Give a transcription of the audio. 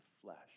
flesh